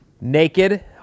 naked